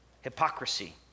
hypocrisy